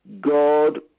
God